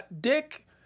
dick